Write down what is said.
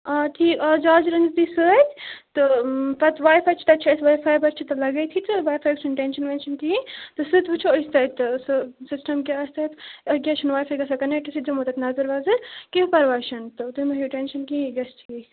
آ ٹھیٖک آ چارجر اَنِیوٗ تُہۍ سۭتۍ تہٕ پَتہٕ واے فاے چھِ تَتہِ چھِ اَسہِ واے فاے بہٕ چھِ تَتھ لَگٲیتھٕے تہٕ واے فاے چھُنہٕ ٹٮ۪نشَن وٮ۪نشَن کِہیٖنۍ تہٕ سُہ تہِ وٕچھو أسۍ تَتہِ سُہ سِسٹَم کیٛاہ آسہِ تَتہِ أکۍ کیٛازِ چھُنہٕ واے فاے گژھان کَنیکٹ سُہ دِمو تَتہِ نَظر وَظر کیٚنٛہہ پَرواے چھُنہٕ تہٕ تُہۍ مہ ہیوٗ ٹٮ۪نشَن کِہیٖنۍ گژھِ ٹھیٖک